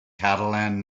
catalan